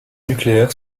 nucléaire